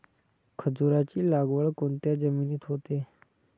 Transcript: खजूराची लागवड कोणत्या जमिनीत होते?